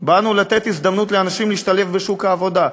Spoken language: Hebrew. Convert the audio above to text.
באנו לתת הזדמנות לאנשים להשתלב בשוק העבודה.